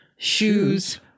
Shoes